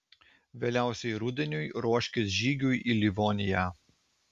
vėliausiai rudeniui ruoškis žygiui į livoniją